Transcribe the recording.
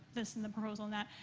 this and the proposal and that.